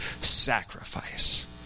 sacrifice